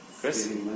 Chris